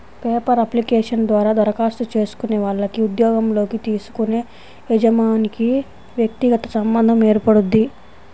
paper application ద్వారా దరఖాస్తు చేసుకునే వాళ్లకి ఉద్యోగంలోకి తీసుకునే యజమానికి వ్యక్తిగత సంబంధం ఏర్పడుద్ది